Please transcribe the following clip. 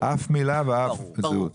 אף מילה ואף זהות.